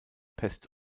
pest